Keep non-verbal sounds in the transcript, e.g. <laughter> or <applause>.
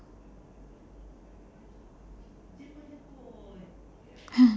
<laughs>